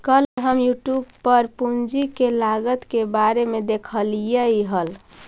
कल हम यूट्यूब पर पूंजी के लागत के बारे में देखालियइ हल